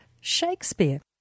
Shakespeare